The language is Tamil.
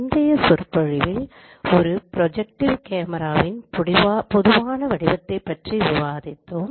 முந்தைய சொற்பொழிவில் ஒரு ப்ரொஜெக்ட்டிவ் கேமராவின் பொதுவான வடிவத்தைப் பற்றி விவாதித்தோம்